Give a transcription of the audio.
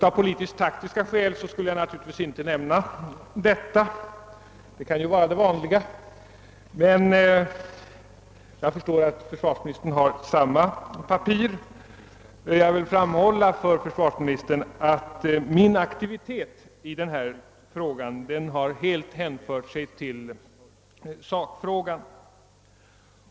Av politiskt taktiska skäl skulle jag naturligtvis inte nämna detta — det kan ju vara det vanliga — men jag förstår att försvarsministern har samma upplysningar. Jag vill framhålla för försvarsministern att min aktivitet i denna fråga helt har hänfört sig till sakfrågan.